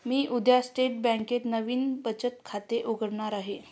मी उद्या स्टेट बँकेत नवीन बचत खाते उघडणार आहे